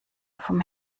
vom